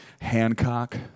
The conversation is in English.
Hancock